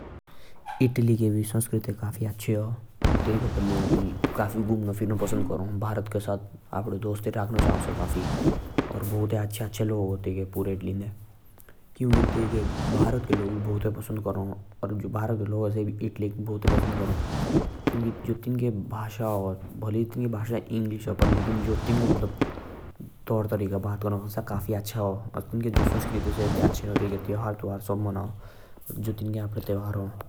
इटली का भी काफी अच्छा संस्कृति आ। ताइका के लोग भारत घुमना पसंद करा। ताइके भारत के लोगुक काफी पसंद करा।